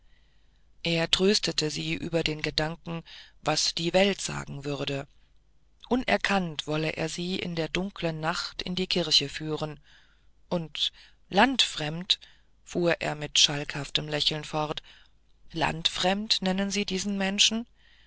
er tröstete sie über den gedanken was die welt sagen würde unerkannt wolle er sie in der dunklen nacht in die kirche führen und landfremd fuhr er mit schalkhaftem lächeln fort landfremd nennen sie diesen menschen